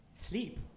sleep